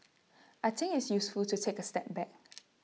I think it's useful to take A step back